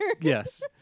Yes